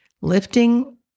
lifting